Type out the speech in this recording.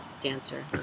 dancer